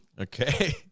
Okay